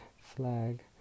flag